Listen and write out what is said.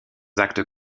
actes